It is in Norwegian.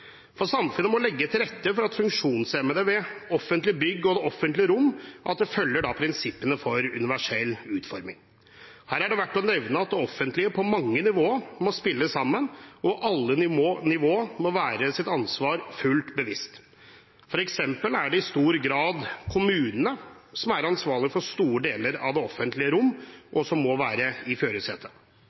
Samfunnet må legge til rette for funksjonshemmede ved at man for offentlige bygg og for det offentlige rom følger prinsippene for universell utforming. Her er det verdt å nevne at det offentlige på mange nivåer må spille sammen, og alle nivåer må være seg sitt ansvar fullt ut bevisst. For eksempel er det i stor grad kommunene som er ansvarlige for store deler av det offentlige rom, og som må være i førersetet,